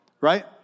Right